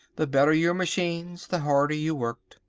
the better your machines, the harder you worked.